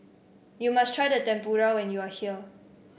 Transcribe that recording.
you must try Tempura when you are here